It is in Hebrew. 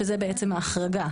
שזה בעצם ההחרגה,